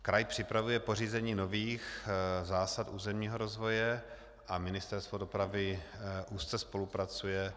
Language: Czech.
Kraj připravuje pořízení nových zásad územního rozvoje a Ministerstvo dopravy na tomto plánu úzce spolupracuje.